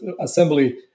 assembly